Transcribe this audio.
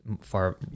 far